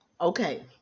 okay